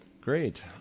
great